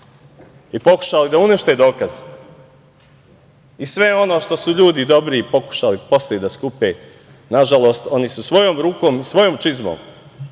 i pokušali da unište dokaze i sve ono što su ljudi dobri pokušali posle da skupe, nažalost, oni su svojom rukom, svojom čizmom,